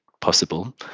possible